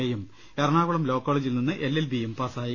എയും എറണാകുളം ലോ കോളേജിൽ നിന്ന് എൽ എൽ ബിയും പാസ്സായി